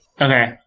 okay